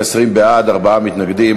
אם כן, 20 בעד, ארבעה מתנגדים.